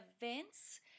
events